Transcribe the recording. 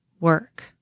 work